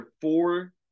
four